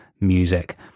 music